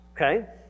Okay